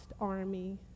army